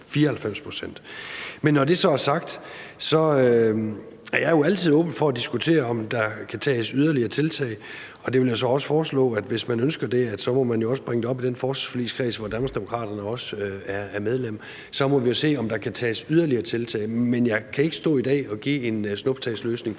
94 pct. Men når det så er sagt, er jeg jo altid åben over for at diskutere, om der kan tages yderligere tiltag. Og jeg vil så også foreslå, at hvis man ønsker det, må man bringe det op i den forsvarsforligskreds, som Danmarksdemokraterne også er med i. Så må vi jo se, om der kan tages yderligere tiltag. Men jeg kan ikke stå i dag og komme med en snuptagsløsning,